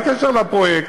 בלי קשר לפרויקט.